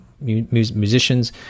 musicians